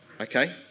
okay